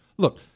Look